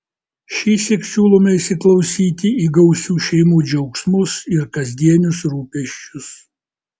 šįsyk siūlome įsiklausyti į gausių šeimų džiaugsmus ir kasdienius rūpesčius